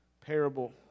parable